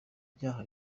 ibyaha